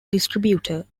distributor